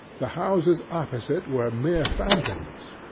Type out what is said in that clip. the houses opposite were mere phantoms.